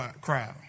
crowd